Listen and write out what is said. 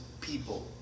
people